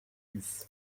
dix